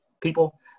people